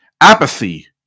Apathy